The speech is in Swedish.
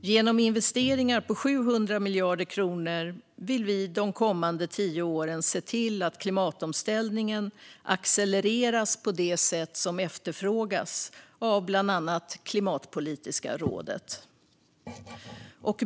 Genom investeringar på 700 miljarder kronor vill vi de kommande tio åren se till att klimatomställningen accelereras på det sätt som efterfrågas av bland annat Klimatpolitiska rådet.